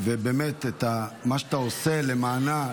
מה שאתה עושה למענה,